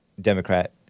Democrat